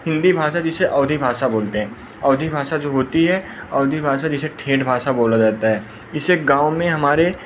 हिंदी भाषा जिसे अवधी भाषा बोलते हैं अवधी भाषा जो होती है अवधी भाषा जिसे ठेठ भाषा बोला जाता है इसे गाँव में हमारे